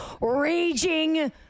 raging